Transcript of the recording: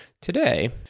Today